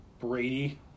Brady